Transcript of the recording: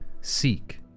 Seek